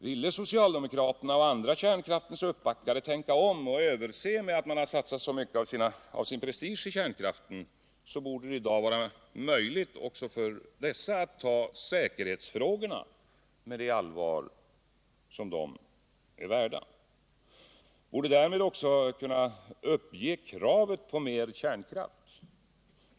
Ville socialdemokraterna och andra kärnkraftens uppbackare tänka om och överse med att man har satsat så mycket av sin prestige i kärnkraften, borde det i dag vara möjligt även för dessa att ta säkerhetsfrågorna med det allvar som dessa är värda. De borde därmed också kunna uppge kravet på mer kärnkraft.